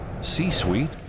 C-Suite